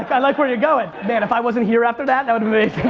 i like where you're going. man if i wasn't here after that, that would've